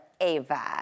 Ava